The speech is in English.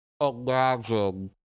imagine